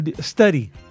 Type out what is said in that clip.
study